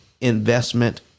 investment